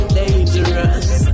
dangerous